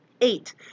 Eight